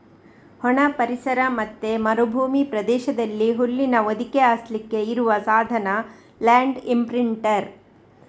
ಒಣ ಪರಿಸರ ಮತ್ತೆ ಮರುಭೂಮಿ ಪ್ರದೇಶದಲ್ಲಿ ಹುಲ್ಲಿನ ಹೊದಿಕೆ ಹಾಸ್ಲಿಕ್ಕೆ ಇರುವ ಸಾಧನ ಲ್ಯಾಂಡ್ ಇಂಪ್ರಿಂಟರ್